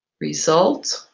result.